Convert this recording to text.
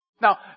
Now